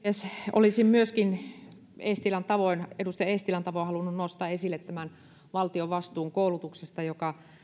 olisin myöskin edustaja eestilän tavoin halunnut nostaa esille tämän valtion vastuun koulutuksesta joka